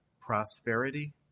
prosperity